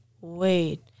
wait